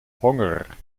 honger